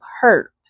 hurt